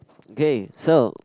okay so